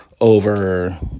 over